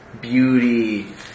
beauty